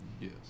Yes